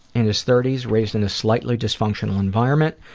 in his thirties, raised in a slightly dysfunctional environment.